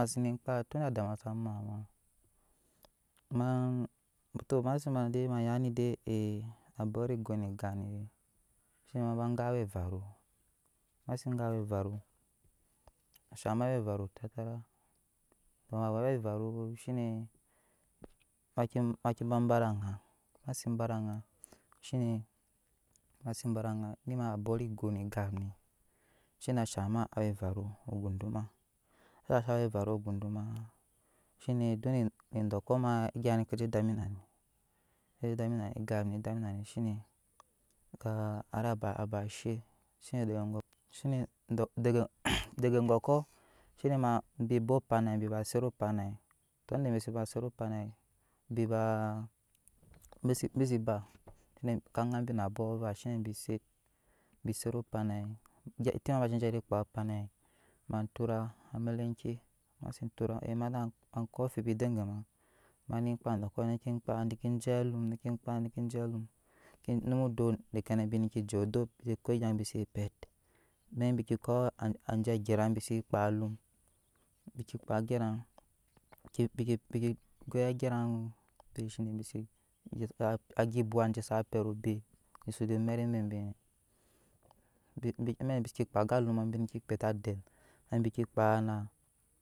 A koi egya ma sene ekaa tun adama sa mat ema maa to emase be yanide to abɔt go ne ekap ni shine ema be gan awa everu mase gan awa evaru ashaŋ ema awe varu ma we awe evaru ma ke ga ba ede anŋa mase ba ede anŋa shine mase ba ede anŋa eni ma bot gone egap ni shne ashaŋ ema awe evaru ogunduma sahiŋ ma awa evaru ogunduma shine duk ne edɔɔkɔ maa ejapɔ nekezɛ dami na ni egap ni ze dami nani shine kaa hari aba she zhine dege gɔkɔɔ shine ma bi ba opana bi be set opanai tun dege ebi se ba eset opanai bi ba bisi ba ka gaabi na abɔk avaa bi set biset opana eti ma sen zhat ekpa opanai ma tura amelenke mase tura ema koo amfibi gema mani kpaa dɔɔkɔ mani je alumke paa nekeje alumonum odop bi neke ke odop na bi ke ko egya bise amɛk nyine bikr koo anje ageranbi se kpaa alum bike kpaa ageran bika bika goi geran bi kpaa opeshi ageran aje saa pet obe ku su zɛ met bi ma bi seke kpa aga alum bi neke kpeta den na bike kpaa ma